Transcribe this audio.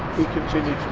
he continued